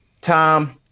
tom